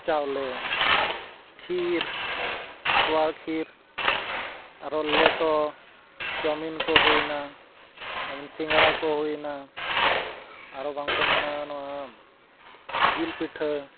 ᱪᱟᱣᱞᱮ ᱠᱷᱤᱨ ᱛᱚᱣᱟ ᱠᱷᱤᱨ ᱟᱨᱚ ᱞᱮᱴᱚ ᱪᱟᱣᱢᱤᱱ ᱠᱚ ᱦᱩᱭᱮᱱᱟ ᱟᱭᱢᱟ ᱥᱤᱸᱜᱟᱲᱟ ᱠᱚ ᱦᱩᱭᱮᱱᱟ ᱟᱨᱚ ᱵᱟᱝᱠᱚ ᱢᱮᱱᱟ ᱱᱚᱣᱟ ᱡᱤᱞ ᱯᱤᱴᱷᱟᱹ